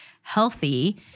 healthy